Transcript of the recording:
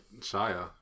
Shia